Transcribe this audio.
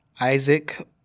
Isaac